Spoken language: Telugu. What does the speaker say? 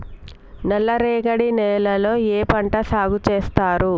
నల్లరేగడి నేలల్లో ఏ పంట సాగు చేస్తారు?